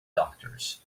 doctors